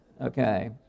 Okay